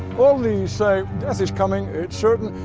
all these say death is coming, it's certain.